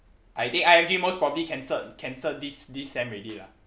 I think I_F_G most probably cancelled cancelled this this sem already lah